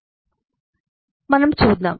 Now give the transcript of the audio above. మనం చూద్దాం